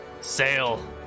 sail